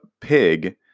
pig